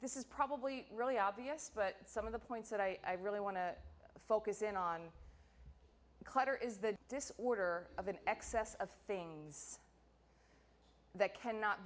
this is probably really obvious but some of the points that i really want to focus in on clutter is that this order of an excess of things that cannot